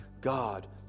God